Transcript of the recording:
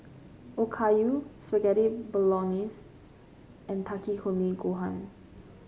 Okayu Spaghetti Bolognese and Takikomi Gohan